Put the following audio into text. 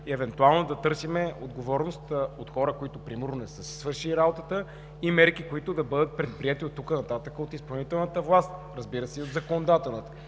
и евентуално да търсим отговорност от хора, които примерно не са си свършили работата. И мерки, които да бъдат предприети оттук нататък от изпълнителната власт, разбира се, и от законодателната.